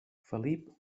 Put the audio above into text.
felip